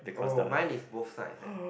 oh mine is both sides leh